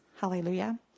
Hallelujah